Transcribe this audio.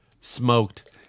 smoked